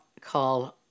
called